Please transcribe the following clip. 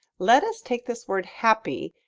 let us take this word happy,